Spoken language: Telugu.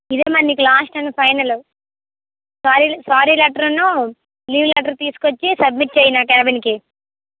ఇదేమా నీకు last and final sorry sorry లెటరున్నూ లీవ్ లెటర్ తీసుకొచ్చి సబ్మిట్ చేయి నా క్యాబిన్కి